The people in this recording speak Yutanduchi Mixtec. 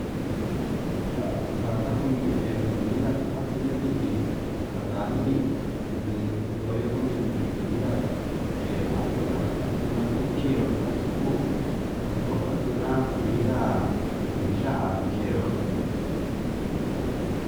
Ya'a kata kenro comida atundemi ndadai ndinde hi onré kundemi comida yetuu atundava, atuna uu chinro atuda nduu uu anuta na'a comida kuya'a yenroi.